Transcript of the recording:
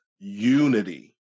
Unity